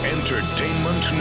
Entertainment